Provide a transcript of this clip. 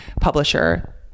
publisher